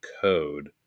code